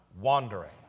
wandering